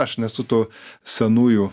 aš nesu tų senųjų